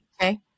Okay